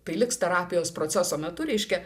tai liks terapijos proceso metu reiškia